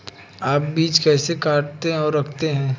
आप बीज कैसे काटते और रखते हैं?